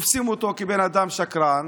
תופסים אותו כבן אדם שקרן,